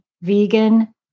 vegan